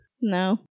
No